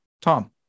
Tom